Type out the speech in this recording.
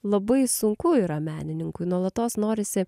labai sunku yra menininkui nuolatos norisi